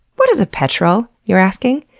what is a petrel? you're asking.